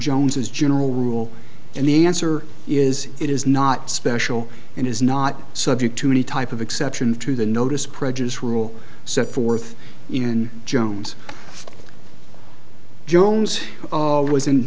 jones's general rule and the answer is it is not special and is not subject to any type of exception to the notice prejudice rule set forth in jones jones who w